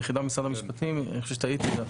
טעיתי,